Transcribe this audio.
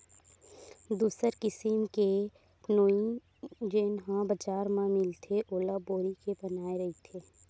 दूसर किसिम के नोई जेन ह बजार म मिलथे ओला बोरी के बनाये रहिथे